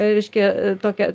reiškia tokia